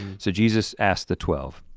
so jesus asked the twelve?